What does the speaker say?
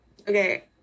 okay